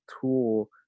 tool